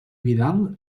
vidal